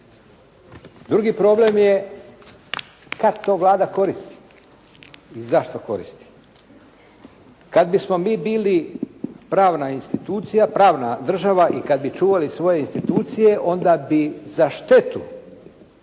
Drugi problem je kad to Vlada koristi i zašto koristi. Kad bismo mi bili pravna država i kad bi čuvali svoje institucije onda bi za štetu